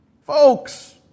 Folks